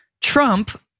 Trump